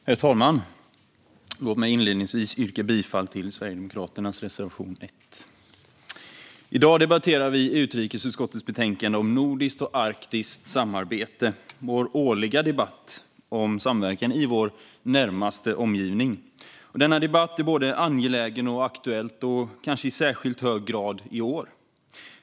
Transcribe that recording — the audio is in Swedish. Herr talman! Låt mig inledningsvis yrka bifall till reservation 1. I dag debatterar vi utrikesutskottets betänkande om nordiskt och arktiskt samarbete - vår årliga debatt om samverkan i vår närmaste omgivning. Denna debatt är både angelägen och aktuell, i år kanske i särskilt hög grad.